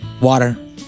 water